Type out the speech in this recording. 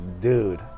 dude